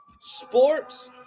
sports